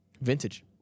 Vintage